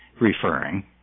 Referring